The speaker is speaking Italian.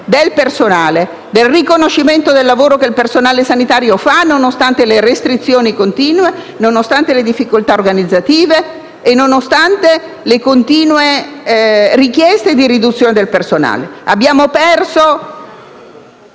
del personale, del riconoscimento del lavoro che il personale sanitario fa nonostante le restrizioni continue e nonostante le difficoltà organizzative e nonostante le continue richieste di riduzione del personale. Abbiamo perso